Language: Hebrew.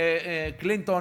קלינטון,